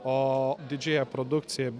o didžiąją produkciją